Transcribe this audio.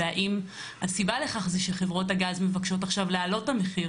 והאם הסיבה לכך זה שחברות הגז מבקשות עכשיו להעלות את המחיר